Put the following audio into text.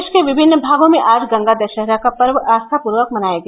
प्रदेष के विभिन्न भागों में आज गंगा दषहरा का पर्व आस्थापूर्वक मनाया गया